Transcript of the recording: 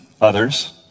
others